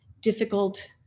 difficult